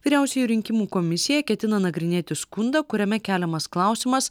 vyriausioji rinkimų komisija ketina nagrinėti skundą kuriame keliamas klausimas